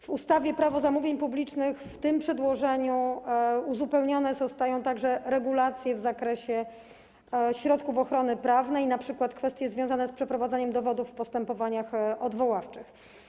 W ustawie Prawo zamówień publicznych w tym przedłożeniu uzupełnione zostają także regulacje w zakresie środków ochrony prawnej, np. kwestie związane z przeprowadzaniem dowodów w postępowaniach odwoławczych.